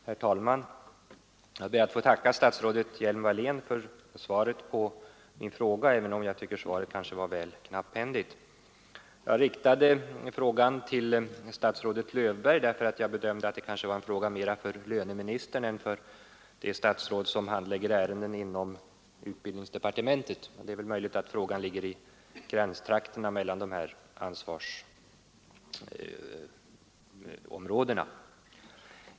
Herr talman! Jag ber att få tacka fru statsrådet Hjelm-Wallén för svaret på min fråga, även om jag tycker att svaret kanske var något knapphändigt. Jag riktade frågan till statsrådet Löfberg, därför att jag bedömde det så att det var en fråga mera för löneministern än för det statsråd som handlägger ärenden inom utbildningsdepartementet, men det är möjligt att frågan ligger i gränstrakterna mellan de båda ansvarsområdena.